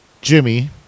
Jimmy